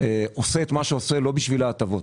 עושה את מה שהוא עושה לא בשביל ההטבות,